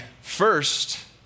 first